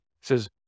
says